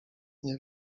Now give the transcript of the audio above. nie